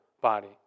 body